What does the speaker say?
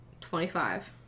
twenty-five